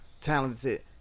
talented